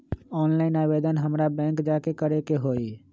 Online आवेदन हमरा bank जाके करे के होई?